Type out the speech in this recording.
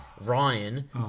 Ryan